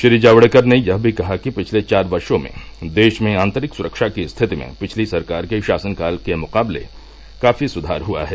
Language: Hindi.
श्री जाकेडकर ने यह भी कहा कि पिछले चार वर्षा में देश में आतरिक सुरक्षा की स्थिति में पिछली सरकार के शासनकाल के मुकाबले काफी सुद्यार हुआ है